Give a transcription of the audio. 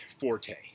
forte